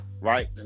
right